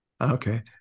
Okay